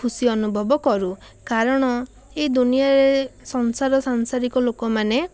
ଖୁସି ଅନୁଭବ କରୁ କାରଣ ଏ ଦୁନିଆରେ ସଂସାର ସାଂସାରିକ ଲୋକମାନେ